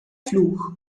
fluch